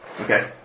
Okay